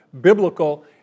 biblical